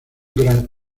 gran